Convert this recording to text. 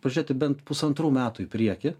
pažiūrėti bent pusantrų metų į priekį